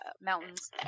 mountains